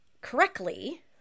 correctly